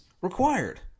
required